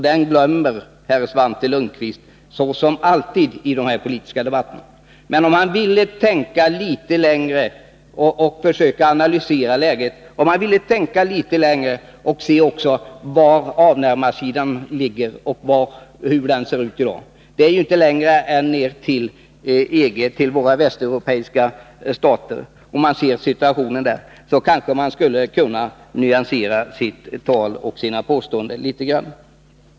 Den glömmer herr Svante Lundkvist som alltid i de politiska debatterna, men han borde tänka litet längre och även se hur avnämarsidan ser ut i dag. Det är inte långt till EG, till våra västeuropeiska stater, och om han såg situationen där kanske han skulle kunna nyansera sina påståenden litet grand.